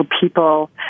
people